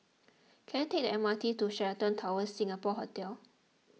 can I take the M R T to Sheraton Towers Singapore Hotel